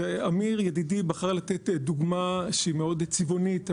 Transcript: אמיר ידידי בחר לתת דוגמה שהיא מאוד צבעונית,